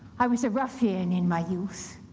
i was a ruffian in my youth.